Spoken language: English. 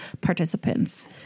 participants